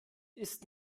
ist